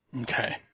Okay